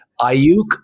Ayuk